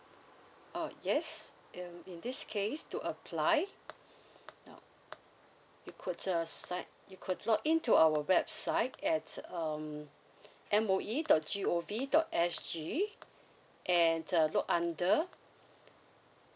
oh yes um in this case to apply you could uh sign you could log in to our website at um M O E dot G O V dot S G and uh look under